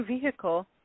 vehicle